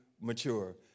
mature